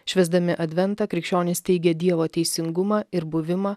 švęsdami adventą krikščionys teigia dievo teisingumą ir buvimą